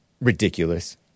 Ridiculous